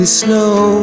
snow